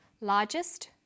Largest